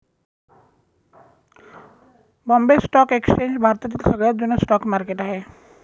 Bombay stock exchange भारतातील सगळ्यात जुन स्टॉक मार्केट आहे